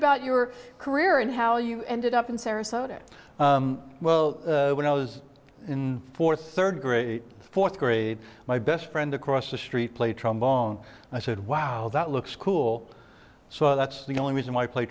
about your career and how you ended up in sarasota well when i was in for rd grade th grade my best friend across the street played trombone i said wow that looks cool so that's the only reason why i play